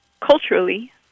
culturally